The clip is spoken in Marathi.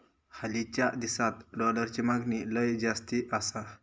हालीच्या दिसात डॉलरची मागणी लय जास्ती आसा